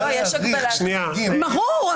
(קריאות) ברור.